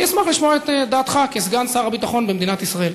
ואני אשמח לשמוע את דעתך כסגן שר הביטחון במדינת ישראל.